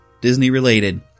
Disney-related